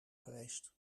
geweest